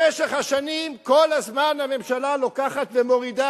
במשך השנים כל הזמן הממשלה לוקחת ומורידה